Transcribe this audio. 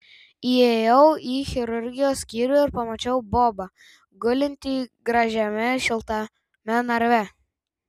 įėjau į chirurgijos skyrių ir pamačiau bobą gulintį gražiame šiltame narve